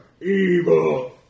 evil